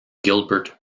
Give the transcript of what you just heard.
gilbert